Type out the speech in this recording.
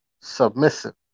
submissive